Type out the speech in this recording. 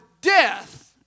death